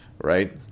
Right